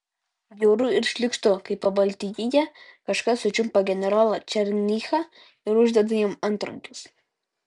bjauru ir šlykštu kai pabaltijyje kažkas sučiumpa generolą černychą ir uždeda jam antrankius